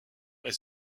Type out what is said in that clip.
est